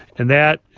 and that,